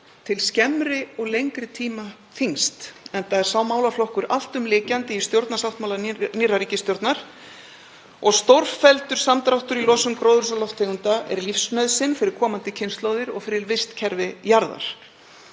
til skemmri og lengri tíma þyngst, enda er sá málaflokkur alltumlykjandi í stjórnarsáttmála nýrrar ríkisstjórnar. Stórfelldur samdráttur í losun gróðurhúsalofttegunda er lífsnauðsyn fyrir komandi kynslóðir og fyrir vistkerfi jarðar.